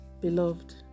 Beloved